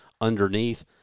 underneath